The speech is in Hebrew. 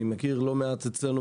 אני מכיר לא מעט אצלנו